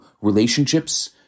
relationships